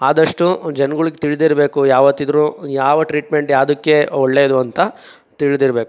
ಆದಷ್ಟು ಜನ್ಗಳಿಗೆ ತಿಳಿದಿರ್ಬೇಕು ಯಾವತ್ತಿದ್ರು ಯಾವ ಟ್ರೀಟ್ಮೆಂಟ್ ಯಾವುದಕ್ಕೆ ಒಳ್ಳೇದು ಅಂತ ತಿಳಿದಿರ್ಬೇಕು